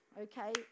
okay